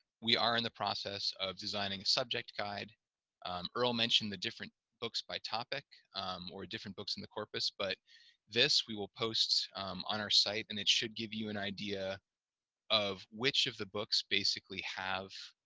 we are in the process of designing a subject guide um earle mentioned the different books by topic or different books in the corpus but this we will post on our site and it should give you an idea of which of the books basically have